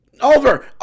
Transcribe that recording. Over